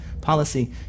policy